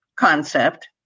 Concept